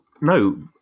no